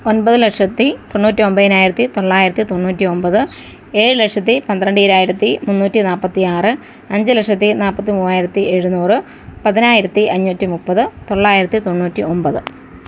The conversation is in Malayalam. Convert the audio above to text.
ഒൻപത് ലക്ഷത്തി തൊണ്ണൂറ്റൊൻപതിനായിരത്തി തൊള്ളായിരത്തി തൊണ്ണൂറ്റി ഒൻപത് ഏഴ് ലക്ഷത്തി പന്ത്രണ്ടായിരത്തി മുന്നൂറ്റി നാൽപ്പത്തി ആറ് അഞ്ച് ലക്ഷത്തി നാൽപ്പത്തി മൂവായിരത്തി എഴുന്നൂറ് പതിനായിരത്തി അഞ്ഞൂറ്റി മുപ്പത് തൊള്ളായിരത്തി തൊണ്ണൂറ്റി ഒൻപത്